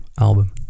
album